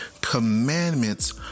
commandments